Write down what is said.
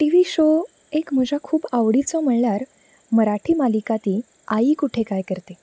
TV show एक म्हज्या खूब आवडीचो म्हणल्यार मराठी मालिका ती आई कुठे काय करते